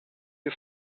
you